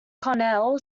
colonel